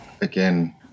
again